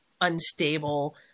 unstable